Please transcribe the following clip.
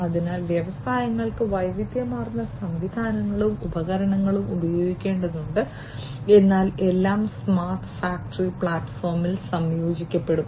അതിനാൽ വ്യവസായങ്ങൾക്ക് വൈവിധ്യമാർന്ന സംവിധാനങ്ങളും ഉപകരണങ്ങളും ഉപയോഗിക്കേണ്ടതുണ്ട് എന്നാൽ എല്ലാം സ്മാർട്ട് ഫാക്ടറി പ്ലാറ്റ്ഫോമിൽ സംയോജിപ്പിക്കും